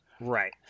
Right